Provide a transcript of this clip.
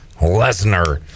Lesnar